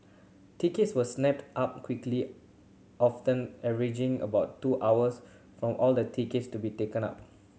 tickets were snapped up quickly often averaging about two hours from all the tickets to be taken up